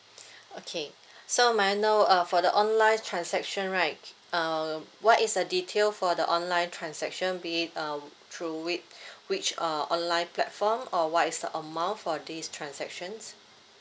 okay so may I know uh for the online transaction right ca~ uh what is the detail for the online transaction be um through whi~ which uh online platform or what is the amount for this transactions